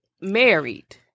married